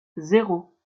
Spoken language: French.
zéro